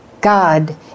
God